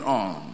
on